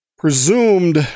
presumed